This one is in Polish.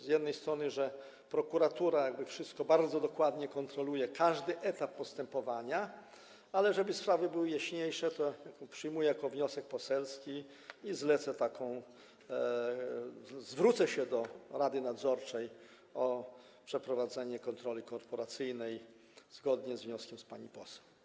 Z jednej strony uważam, że prokuratura wszystko bardzo dokładnie kontroluje, każdy etap postępowania, ale żeby sprawy były jaśniejsze, przyjmuję to jako wniosek poselski i zwrócę się do rady nadzorczej o przeprowadzenie kontroli korporacyjnej zgodnie z wnioskiem pani poseł.